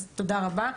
תודה רבה.